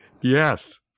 Yes